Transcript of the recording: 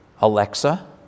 Alexa